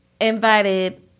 invited